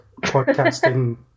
podcasting